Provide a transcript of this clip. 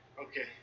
Okay